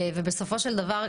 בסופו של דבר,